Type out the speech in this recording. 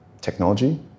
technology